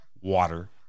water